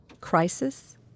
crisis